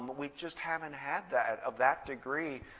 we just haven't had that of that degree.